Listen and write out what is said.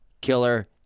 killer